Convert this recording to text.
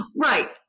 Right